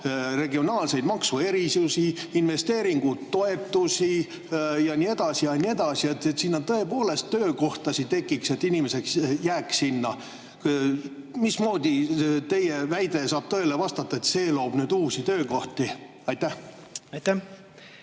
regionaalseid maksuerisusi, investeeringutoetusi ja nii edasi ja nii edasi, et sinna tõepoolest töökohtasid tekiks, et inimesed jääks sinna. Mismoodi saab vastata tõele teie väide, et see loob nüüd uusi töökohti? Okei!